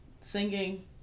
singing